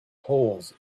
holes